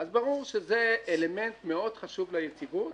אז ברור שזה אלמנט מאוד חשוב ליציבות,